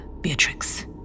Beatrix